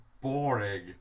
boring